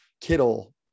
Kittle